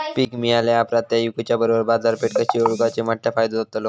पीक मिळाल्या ऑप्रात ता इकुच्या बरोबर बाजारपेठ कशी ओळखाची म्हटल्या फायदो जातलो?